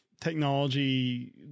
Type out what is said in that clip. technology